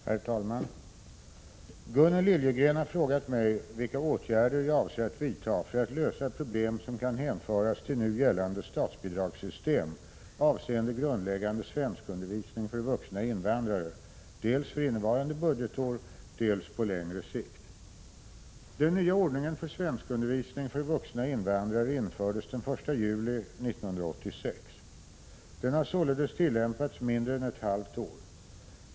Herr talman! Gunnel Liljegren har frågat mig vilka åtgärder jag avser att vidta för att lösa problem som kan hänföras till nu gällande statsbidragssystem avseende grundläggande svenskundervisning för vuxna invandrare — dels för innevarande budgetår, dels på längre sikt. Den nya ordningen för svenskundervisning för vuxna invandrare infördes den 1 juli 1986 . Den har således tillämpats mindre än ett halvt år.